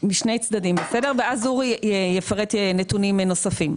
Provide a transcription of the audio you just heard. צדדים, ואז אורי יפרט נתונים נוספים.